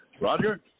Roger